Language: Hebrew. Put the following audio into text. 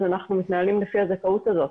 אז אנחנו מתנהלים לפי הזכאות הזאת.